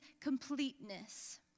completeness